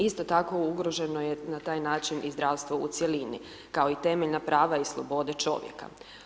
Isto tako ugroženo je na taj način i zdravstvo u cjelini, kao i temeljna prava i slobode čovjeka.